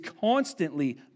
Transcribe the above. constantly